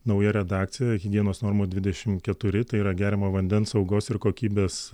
nauja redakcija higienos normų dvidešimt keturi tai yra geriamojo vandens saugos ir kokybės